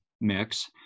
mix